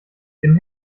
dem